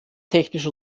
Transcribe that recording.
technisch